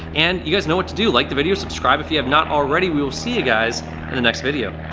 and you guys know what to do like the video, subscribe if you have not already, we'll see you guys in the next video!